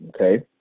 Okay